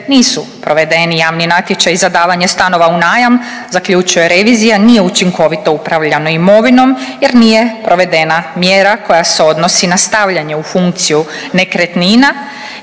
nisu provedeni javni natječaji za davanje stanova u najam, zaključuje revizija nije učinkovito upravljano imovinom jer nije provedena mjera koja se odnosi na stavljanje u funkciju nekretnina